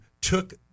took